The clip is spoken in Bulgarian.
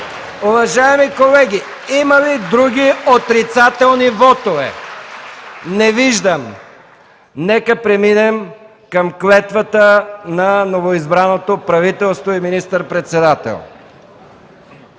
Уважаеми колеги, има ли други отрицателни вотове? Не виждам. Нека преминем към клетвата на новоизбраното правителство и министър-председателя.